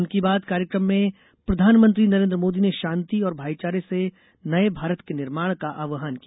मन की बात कार्यक्रम में प्रधानमंत्री नरेन्द्र मोदी ने शांति और भाईचारे से नये भारत के निर्माण का आव्हान किया